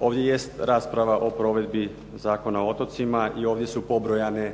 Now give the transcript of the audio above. ovdje jest rasprava o provedbi Zakona o otocima i ovdje su pobrojane